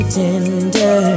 tender